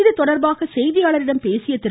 இது தொடர்பாக செய்தியாளர்களிடம் பேசிய திரு